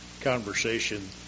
conversation